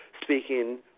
speaking